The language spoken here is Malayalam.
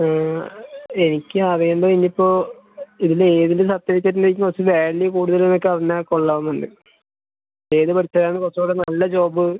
എനിക്ക് അറിയേണ്ടത് ഇനിയിപ്പോൾ ഇതിൽ ഏതിൽ സർട്ടിഫിക്കറ്റിലേക്ക് കുറച്ചു വാല്യു കൂടുതലെന്നൊക്കെ അറിഞ്ഞാൽ കൊള്ളാമെന്നുണ്ട് ഏതു പഠിച്ചാലാണ് കുറച്ചുകൂടി നല്ല ജോബ്